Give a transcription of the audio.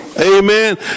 Amen